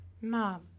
Mom